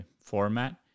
format